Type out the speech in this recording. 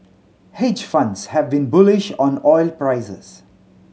hedge funds have been bullish on oil prices